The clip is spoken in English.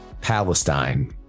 Palestine